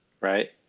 right